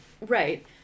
Right